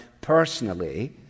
personally